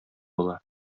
була